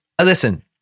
Listen